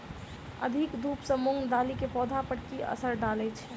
अधिक धूप सँ मूंग दालि केँ पौधा पर की असर डालय छै?